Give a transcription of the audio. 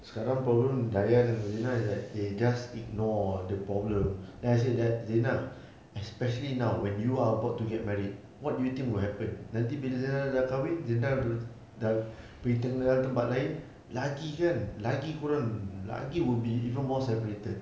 dayah and zina is like they just ignore the problem then I say zina especially now when you are about to get married what do you think would happen nanti bil zina sudah kahwin zina sudah pergi tinggal tempat lain lagi kan lagi kau orang lagi will be more separated